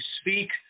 speak